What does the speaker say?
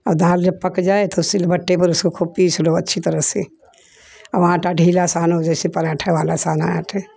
और दाल जब पक जाए तो सिल बत्ते पर उसे ख़ूब पीस को अच्छी तरह से और आटा ढीला सानों जैसे पराठा वाला सानें थे